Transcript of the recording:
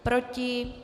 Proti?